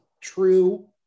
true